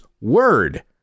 word